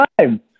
time